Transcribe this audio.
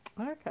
Okay